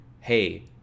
hey